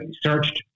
searched